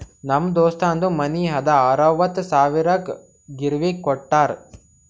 ನಮ್ ದೋಸ್ತದು ಮನಿ ಅದಾ ಅರವತ್ತ್ ಸಾವಿರಕ್ ಗಿರ್ವಿಗ್ ಕೋಟ್ಟಾರ್